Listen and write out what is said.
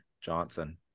johnson